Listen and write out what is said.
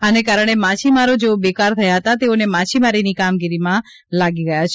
આને કારણે માછીમારો જેઓ બેકાર થયા હતા તેઓને માછીમારીની કામગીરીમાં લાગી ગયા છે